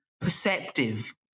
perceptive